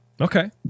Okay